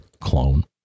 clone